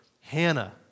Hannah